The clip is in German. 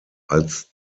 als